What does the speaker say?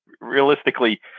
realistically